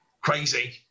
crazy